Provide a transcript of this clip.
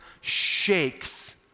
shakes